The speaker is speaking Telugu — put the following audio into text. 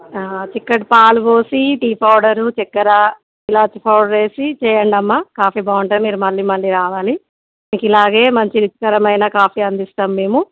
చిక్కటి పాలు పోసి టీ పౌడరు చక్కెర ఇలాచి పౌడర్ వేసి చెయ్యండమ్మా కాఫీ బాగుంటుంది మీరు మళ్ళీ మళ్ళీ రావాలి మీకు ఇలాగే మంచి రుచికరమైన కాఫీ అందిస్తాము మేము